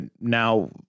now